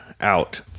out